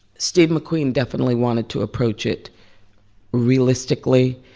steve mcqueen definitely wanted to approach it realistically.